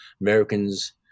Americans